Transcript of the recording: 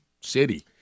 city